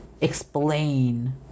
explain